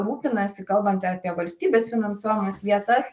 rūpinasi kalbant apie valstybės finansuojamas vietas